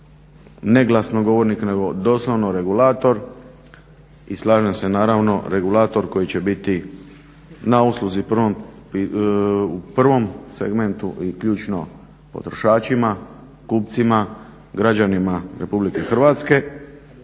ne glasnogovornik nego doslovno regulator. I slažem se naravno regulator koji će biti na usluzi prvom segmentu i ključno potrošačima, kupcima, građanima RH,